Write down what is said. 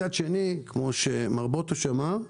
מצד שני, כפי שמר בוטוש אמר,